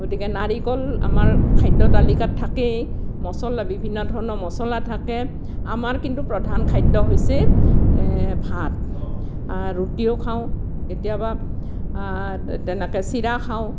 গতিকে নাৰিকল আমাৰ খাদ্য তালিকাত থাকেই মচলা বিভিন্ন ধৰণৰ মচলা থাকে আমাৰ কিন্তু প্ৰধান খাদ্য হৈছে ভাত ৰুটীও খাওঁ কেতিয়াবা তেনেকৈ চিৰা খাওঁ